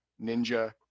ninja